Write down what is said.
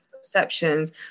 perceptions